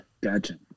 Gotcha